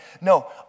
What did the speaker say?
No